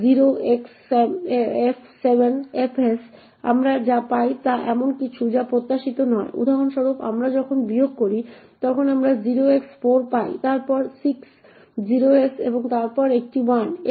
0xf 7 fs আমরা যা পাই তা এমন কিছু যা প্রত্যাশিত নয় উদাহরণস্বরূপ আমরা যখন বিয়োগ করি তখন আমরা 0x4 পাই তারপর 6 0s এবং তারপর একটি 1